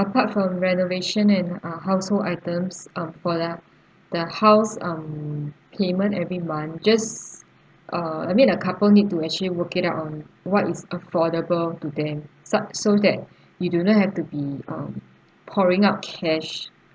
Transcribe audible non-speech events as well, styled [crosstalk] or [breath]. apart from renovation and ah household items um for the the house um payment every month just uh I mean a couple need to actually work it out on what is affordable to them sa~ so is that [breath] you do not have to be um pouring out cash